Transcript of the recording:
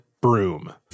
broom